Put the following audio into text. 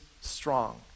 strong